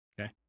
Okay